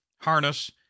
harness